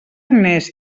agnés